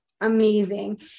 Amazing